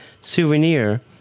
souvenir